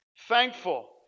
Thankful